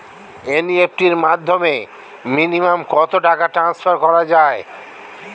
NEFT র মাধ্যমে minimum কত টাকা ট্রান্সফার করা যায়?